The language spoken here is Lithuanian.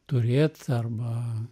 turėt arba